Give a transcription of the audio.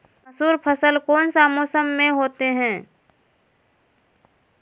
मसूर फसल कौन सा मौसम में होते हैं?